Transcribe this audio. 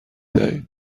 دهید